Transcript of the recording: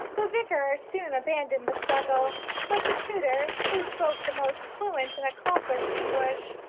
the vicar soon abandoned the struggle but the tutor, who spoke the most fluent and accomplished english,